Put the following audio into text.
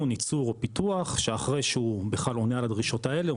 ייצור או פיתוח שאחרי שהוא בכלל עונה על הדרישות האלה,